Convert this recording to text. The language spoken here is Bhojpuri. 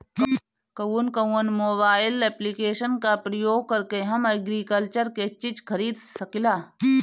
कउन कउन मोबाइल ऐप्लिकेशन का प्रयोग करके हम एग्रीकल्चर के चिज खरीद सकिला?